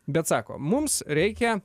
bet sako mums reikia